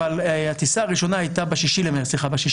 אבל הטיסה הראשונה הייתה ב-6 במרץ,